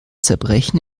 zerbrechen